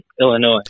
illinois